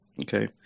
okay